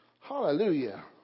Hallelujah